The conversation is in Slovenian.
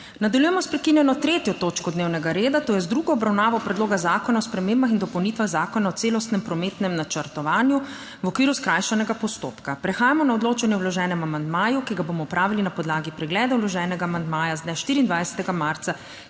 Nadaljujemo s prekinjeno 3. točko dnevnega reda, to je z drugo obravnavo Predloga zakona o spremembah in dopolnitvah Zakona o celostnem prometnem načrtovanju v okviru skrajšanega postopka. Prehajamo na odločanje o vloženem amandmaju, ki ga bomo opravili na podlagi pregleda vloženega amandmaja z dne 24. marca,